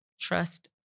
trust